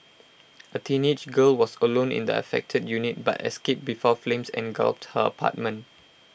A teenage girl was alone in the affected unit but escaped before flames engulfed her apartment